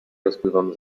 rozpływam